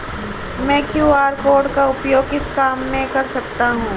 मैं QR code का उपयोग किस काम में कर सकता हूं?